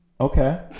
Okay